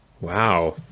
Wow